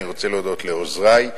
אני רוצה להודות לעוזרי,